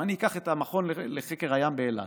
אם אני אקח את המכון לחקר הים באילת,